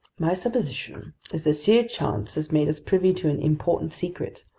my supposition is that sheer chance has made us privy to an important secret.